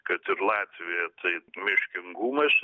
kad ir latvija taip miškingumas